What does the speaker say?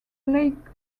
lake